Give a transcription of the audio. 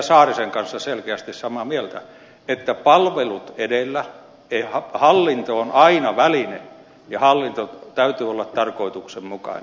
saarisen kanssa selkeästi samaa mieltä että palvelut edellä hallinto on aina väline ja hallinnon täytyy olla tarkoituksenmukainen